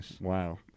Wow